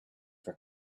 for